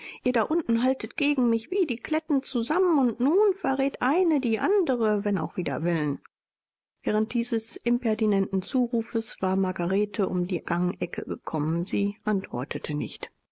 da unten haltet gegen mich wie die kletten zusammen und nun verrät eine die andere wenn auch wider willen während dieses impertinenten zurufes war margarete um die gangecke gekommen sie antwortete nicht